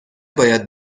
باید